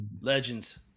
Legends